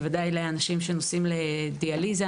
בוודאי לאנשים שנוסעים לדיאליזה,